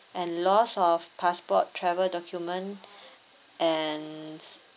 and loss of passport travel document and